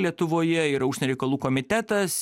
lietuvoje yra užsienio reikalų komitetas